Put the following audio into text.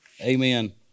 Amen